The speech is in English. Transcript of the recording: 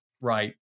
Right